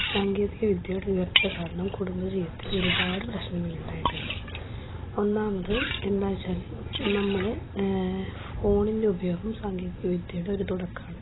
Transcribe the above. സാങ്കേതിക വിദ്യയുടെ ഉയർച്ച കാരണം കുടുംബ ജീവിതത്തിൽ ഒരുപാട് പ്രശ്നങ്ങളുണ്ടായിട്ടുണ്ട് ഒന്നാമത് എന്താ വച്ചാൽ നമ്മളെ ഫോണിൻ്റെ ഉപയോഗം സാങ്കേതിക വിദ്യയുടെ ഒരു തുടക്കമാണ്